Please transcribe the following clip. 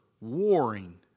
warring